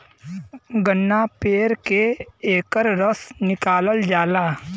गन्ना पेर के एकर रस निकालल जाला